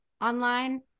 online